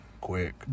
quick